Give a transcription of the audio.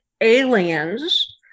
aliens